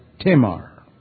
Tamar